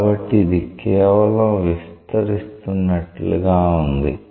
కాబట్టి ఇది కేవలం విస్తరిస్తున్నట్లుగా వుంది